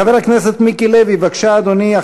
חבר הכנסת מיקי לוי, בבקשה, אדוני.